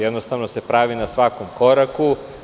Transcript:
Jednostavno se pravi na svakom koraku.